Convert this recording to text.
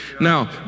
Now